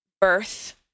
birth